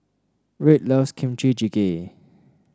Red loves Kimchi Jjigae